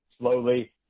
slowly